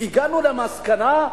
הגענו למסקנה,